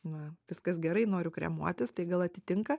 na viskas gerai noriu kremuotis tai gal atitinka